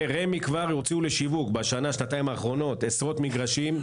ורמ"י כבר הוציאו לשיווק בשנה שנתיים האחרונות עשרות מגרשים,